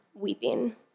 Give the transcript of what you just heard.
weeping